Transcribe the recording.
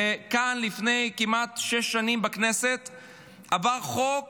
וכאן, בכנסת, כמעט לפני שש שנים, עבר חוק